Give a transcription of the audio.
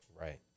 Right